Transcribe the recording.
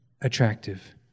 attractive